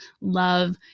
love